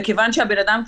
וכיוון שבן אדם,